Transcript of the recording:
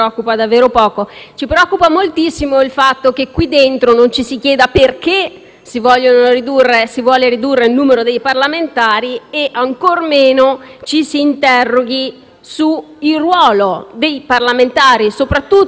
si vuole ridurre il numero dei parlamentari e, ancora meno, ci si interroghi sul ruolo dei parlamentari, ridotti - soprattutto in questa legislatura - a soldatini obbedienti.